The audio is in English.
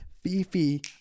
Fifi